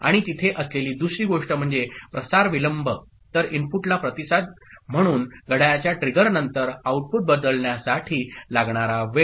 आणि तिथे असलेली दुसरी गोष्ट म्हणजे प्रसार विलंबतर इनपुटला प्रतिसाद म्हणून घड्याळाच्या ट्रिगर नंतर आउटपुट बदलण्यासाठी लागणारा वेळ